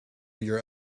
your